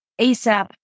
ASAP